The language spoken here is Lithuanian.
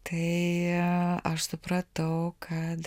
tai aš supratau kad